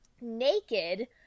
naked